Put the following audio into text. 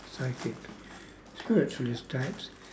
psychics spiritualist types